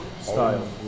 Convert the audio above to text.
style